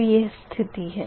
तो यह स्थिति है